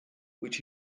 which